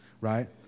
right